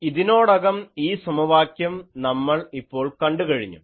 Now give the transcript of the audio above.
ഇതിനോടകം ഈ സമവാക്യം നമ്മൾ ഇപ്പോൾ കണ്ടുകഴിഞ്ഞു